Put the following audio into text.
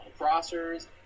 crossers